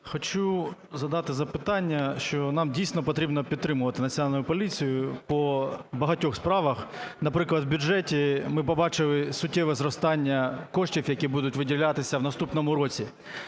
Хочу задати запитання, що нам дійсно потрібно підтримувати Національну поліцію по багатьох справах. Наприклад, в бюджеті ми побачили суттєве зростання коштів, які будуть виділятися в наступному році.